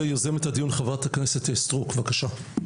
יוזמת הדיון, חברת הכנסת סטרוק, בבקשה.